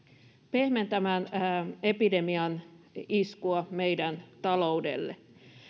pehmentämään epidemian iskua meidän taloudelle